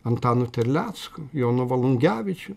antanu terlecku jonu volungevičiu